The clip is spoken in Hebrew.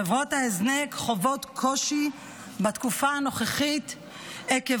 חברות ההזנק חוות קושי בתקופה הנוכחית עקב